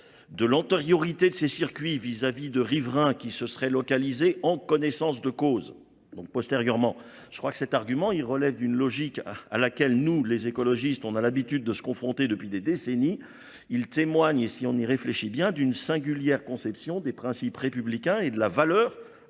de l'antériorité de ces circuits vis-à-vis de riverains qui se seraient localisés en connaissance de cause, donc postérieurement. Je crois que cet argument, il relève d'une logique à laquelle nous, les écologistes, on a l'habitude de se confronter depuis des décennies. Il témoigne, et si on y réfléchit bien, d'une singulière conception des principes républicains et de la valeur